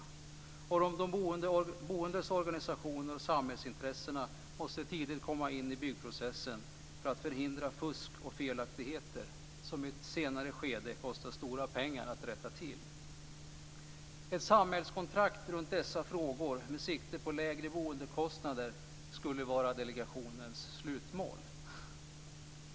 De boendes organisationer och samhällsintressena måste tidigt komma in i byggprocessen för att förhindra fusk och felaktigheter som det i ett senare skede kostar stora pengar att rätta till. Ett samhällskontrakt runt dessa frågor, med sikte på lägre boendekostnader, skulle vara delegationens slutmål.